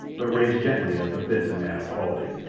but raised gently as befits a man of quality.